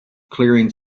clearing